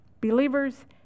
Believers